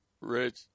Rich